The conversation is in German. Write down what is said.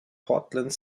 portland